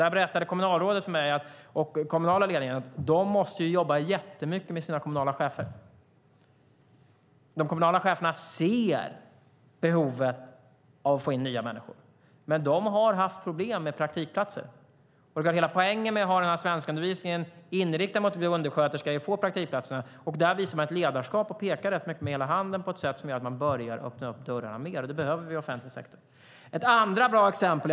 Kommunalrådet och den kommunala ledningen där berättade för mig att de måste jobba jättemycket med sina kommunala chefer. De kommunala cheferna ser behovet av att få in nya människor, men de har haft problem med praktikplatser. Det är klart att hela poängen med att ha den här svenskundervisningen med inriktning mot att bli undersköterska är att få praktikplatser. Där visar man ett ledarskap och pekar rätt mycket med hela handen på ett sätt som gör att dörrarna börjar öppnas mer, och det behöver vi i den offentliga sektorn. Jag ska nämna det andra bra exemplet.